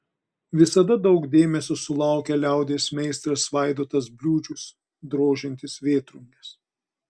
visada daug dėmesio sulaukia liaudies meistras vaidotas bliūdžius drožiantis vėtrunges